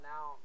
Now